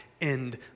end